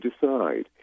decide